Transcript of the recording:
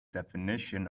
definition